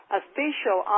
official